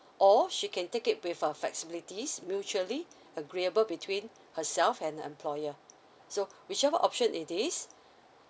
or she can take it with a flexibilities mutually agreeable between herself and employer so whichever option it is